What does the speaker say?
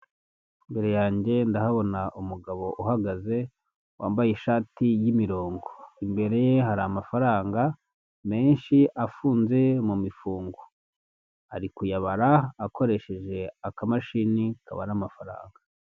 Imbere yange ndahabona umugabo uhagaze wambaye ishati y'imirongo. Imbere ye hari amafaranga menshi afunze mu mifungo. Ari kuyabara akoresheje akamashini kabara amafaranga.